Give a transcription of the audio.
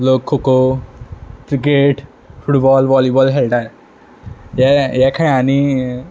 लोक kho kho cricket football volleyball खेळटा हे हे खेळांनी